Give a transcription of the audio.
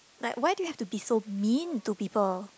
like why do you have to be so mean to people